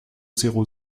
zéro